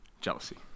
Jealousy